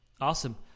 Awesome